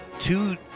two